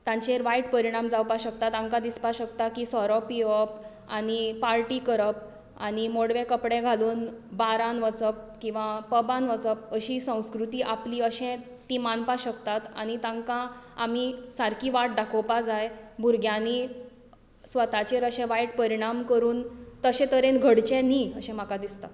तांचेर वायट परिणाम जावपा शकता तांकां दिसपा शकता की सोरो पिवप आनी पार्टी करप आनी मोडवे कपडे घालून बार्रान वचप किंवां पबान वचप अशी संस्कृती आपली अशें तीं मानपाक शकतात आनी तांकां आमी सारकी वाट दाखोवपाक जाय भुरग्यांनी स्वताचेर अशे वायट परिणाम करून तशें तरेन घडचें न्ही अशें म्हाका दिसता